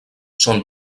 són